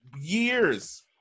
years